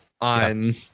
on